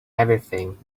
everything